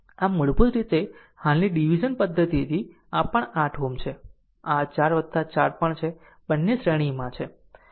આમ મૂળભૂત રીતે હાલની ડીવીઝન પદ્ધતિથી આ પણ 8 Ω છે આ 4 4 પણ છે બંને શ્રેણી 8 Ω માં છે